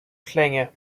klänge